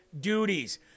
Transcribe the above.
duties